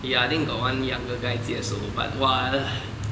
ya I think got one younger guy 接手 but !wah!